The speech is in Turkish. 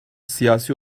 siyasi